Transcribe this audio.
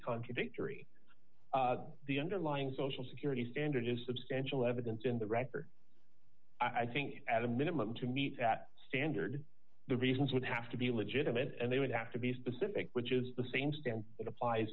contradictory the underlying social security standard is substantial evidence in the record i think at a minimum to meet that standard the reasons would have to be legitimate and they would have to be specific which is the same standard it applies